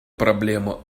проблему